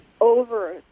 over